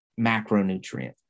macronutrient